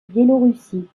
biélorussie